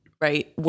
right